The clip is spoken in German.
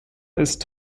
ist